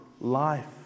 life